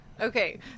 Okay